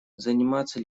заниматься